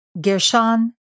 Gershon